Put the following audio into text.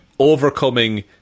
Overcoming